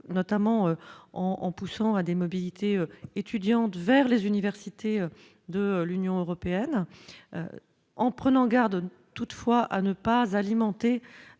notamment en poussant à des mobilité étudiante vers les universités de l'Union européenne en prenant garde toutefois à ne pas alimenter